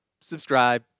subscribe